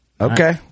Okay